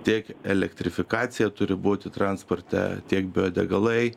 tiek elektrifikacija turi būti transporte tiek biodegalai